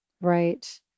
Right